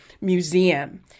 Museum